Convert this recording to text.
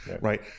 right